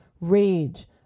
rage